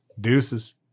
Deuces